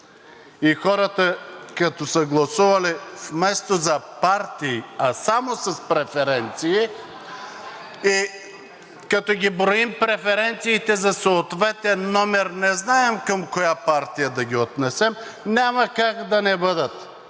и хората, като са гласували вместо за партии, а само с преференции и като броим преференциите за съответен номер, но не знаем към коя партия да ги отнесем, няма как да не бъдат